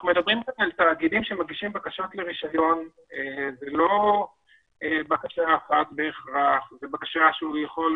אנחנו מדברים כאן על תאגידים שמגישים בקשות לרישיון ולא בהכרח בקשה אחת,